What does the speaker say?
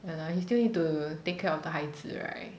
ya lah he still need to take care of the 孩子 right